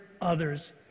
others